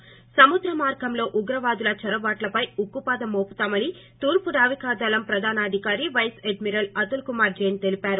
శి సముద్ర మార్గంలో ఉగ్రవాదుల చొరబాట్లపై ఉక్కుపాదం మోపుతామని తూర్పు నావికా దళం ప్రధానాధికారి vice admiral Atul Kumar Jain తెలిపారు